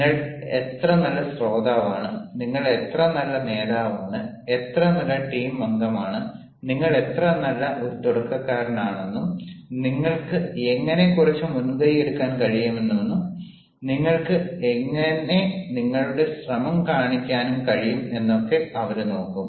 നിങ്ങൾ എത്ര നല്ല ശ്രോതാവാണ് നിങ്ങൾ എത്ര നല്ല നേതാവാണ് എത്ര നല്ല ടീം അംഗമാണ് നിങ്ങൾ എത്ര നല്ല ഒരു തുടക്കക്കാരൻ ആണെന്നും നിങ്ങൾക്ക് എങ്ങനെ കുറച്ച് മുൻകൈയെടുക്കാൻ കഴിയുമെന്നും നിങ്ങൾക്ക് എങ്ങനെ നിങ്ങളുടെ ശ്രമം കാണിക്കാനും കഴിയും എന്നൊക്കെ അവരു നോക്കും